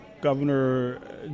governor